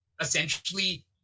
essentially